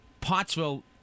Pottsville